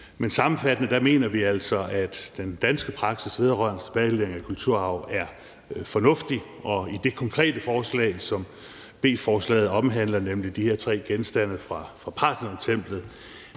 Men sammenfattende mener vi altså, at den danske praksis vedrørende tilbagelevering af kulturarv er fornuftig. Og i det konkrete forslag, som beslutningsforslaget omhandler, nemlig de her tre genstande fra Parthenontemplet,